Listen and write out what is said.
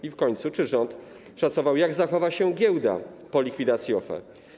I w końcu: Czy rząd szacował, jak zachowa się giełda po likwidacji OFE?